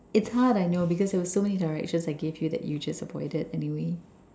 it's hard I know because there were so many directions I gave you that you just avoided anyway